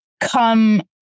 come